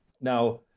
Now